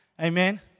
Amen